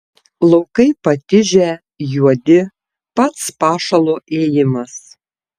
laukai patižę juodi pats pašalo ėjimas